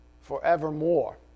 forevermore